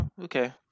Okay